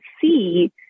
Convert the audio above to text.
see